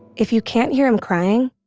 if you can't hear him crying,